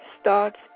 starts